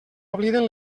obliden